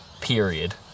period